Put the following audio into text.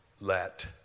let